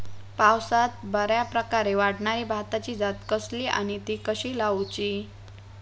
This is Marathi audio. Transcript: पावसात बऱ्याप्रकारे वाढणारी भाताची जात कसली आणि ती कशी लाऊची?